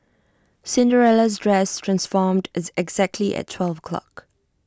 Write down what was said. Cinderella's dress transformed exactly at twelve o'clock